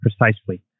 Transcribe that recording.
precisely